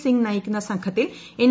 സിംഗ് നയിക്കുന്ന സംഘത്തിൽ എൻ